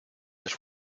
has